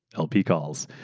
lp calls.